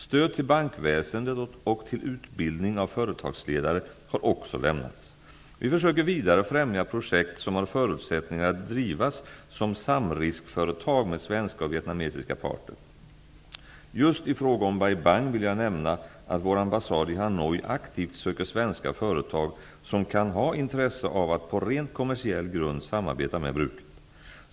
Stöd till bankväsendet och till utbildning av företagsledare har också lämnats. Vi försöker vidare främja projekt som har förutsättningar att drivas som samriskföretag med svenska och vietnamesiska parter. Just i fråga om Bai Bang vill jag nämna att vår ambassad i Hanoi aktivt söker svenska företag som kan ha intresse av att på rent kommersiell grund samarbeta med bruket.